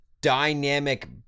dynamic